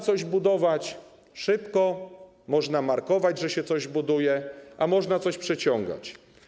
coś budować szybko, można markować, że się coś buduje, a można coś przeciągać.